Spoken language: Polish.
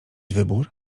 wybór